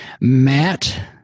Matt